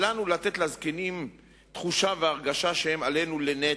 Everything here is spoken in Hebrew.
אל לנו לתת לזקנים תחושה והרגשה שהם עלינו לנטל.